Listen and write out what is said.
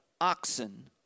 oxen